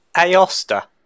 Aosta